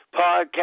podcast